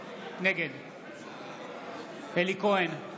נגד אלי כהן,